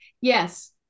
Yes